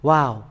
Wow